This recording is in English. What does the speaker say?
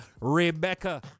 Rebecca